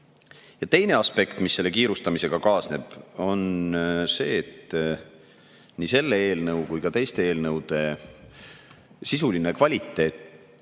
Teine aspekt, mis selle kiirustamisega kaasneb, on see, et nii selle eelnõu kui ka teiste eelnõude sisuline kvaliteet